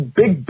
big